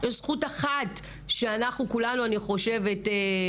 יש זכות אחת שכולנו לדעתי,